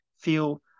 feel